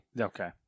okay